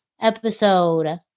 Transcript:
episode